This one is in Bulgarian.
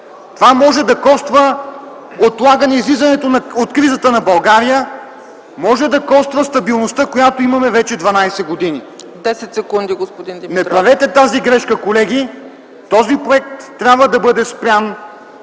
това може да коства отлагане излизането от кризата на България, може да коства стабилността, която имаме вече 12 години. Не правете тази грешка, колеги! Този проект трябва да бъде спрян,